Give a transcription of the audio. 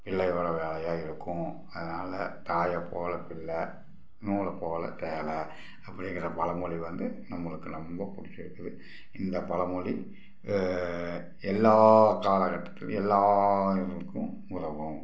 பிள்ளையோடய வேலையாக இருக்கும் அதனால் தாயைப்போல பிள்ளை நூலைப்போல சேலை அப்படிங்கிற பழமொலி வந்து நம்மளுக்கு ரொம்ப பிடிச்சிருக்குது இந்த பழமொலி எல்லா காலக்கட்டத்தேலியும் எல்லோருக்கும் உதவும்